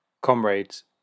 Comrades